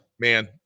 Man